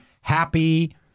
happy